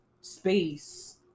space